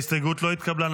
ההסתייגות לא התקבלה.